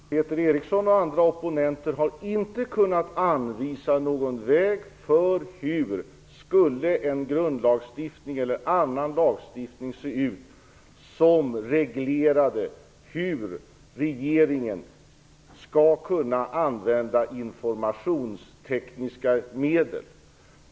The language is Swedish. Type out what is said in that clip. Herr talman! Nej, det är inte så. Peter Eriksson och andra opponenter har inte kunnat anvisa någon väg för hur en grundlagsstiftning eller annan lagstiftning skulle se ut som reglerar hur regeringen skall kunna använda informationstekniska medel.